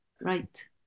right